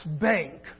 Bank